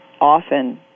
often